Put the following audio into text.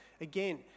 again